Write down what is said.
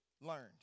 learned